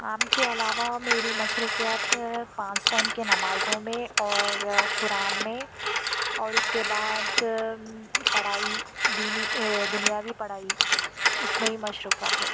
کام کے علاوہ میری مصروفیات پانچ ٹائم کی نمازوں میں اور قرآن میں اور اس کے بعد پڑھائی دینی دنیوی پڑھائی اس میں بھی مصروفیات رہتیں